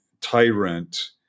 tyrant